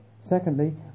Secondly